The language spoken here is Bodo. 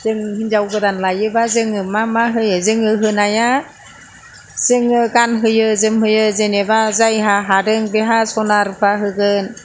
जों हिनजाव गोदान लायोबा जोङो मा मा होयो जोङो गानहोयो जोमहोयो जेनेबा जायहा हादों बेहा सना रुफा होगोन